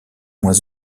moins